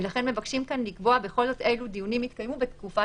ולכן מבקשים כאן לקבוע בכל זאת איזה דיונים ייקבעו בתקופה